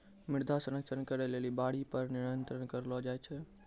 मृदा संरक्षण करै लेली बाढ़ि पर नियंत्रण करलो जाय छै